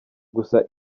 gusa